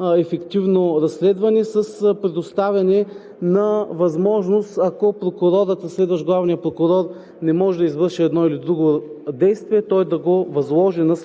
ефективно разследване с предоставяне на възможност, ако прокурорът, разследващ главния прокурор, не може да извърши едно или друго действие, той да го възложи на